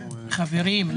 חברים.